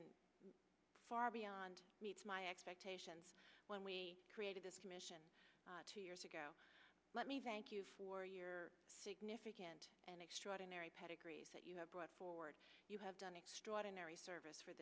and far beyond my expectations when we created this commission two years ago let me thank you for your significant and extraordinary pedigrees that you have brought forward you have done extraordinary service for